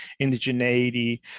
indigeneity